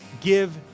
Give